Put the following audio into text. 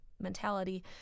mentality